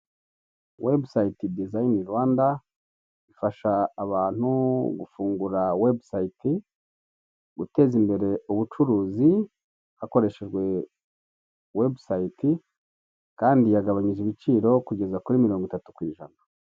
Webusayiti dizayini Rwanda, ifasha abantu gufungura webusayiti, guteza imbere ubucuruzi hakoreshejwe webusayiti, kandi yagabanije ibiciro kugeza kuri mirongo itatu ku ijana.